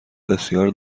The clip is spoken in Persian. بسیار